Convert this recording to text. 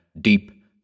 deep